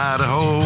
Idaho